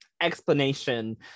Explanation